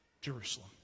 Jerusalem